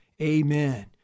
amen